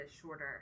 shorter